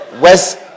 West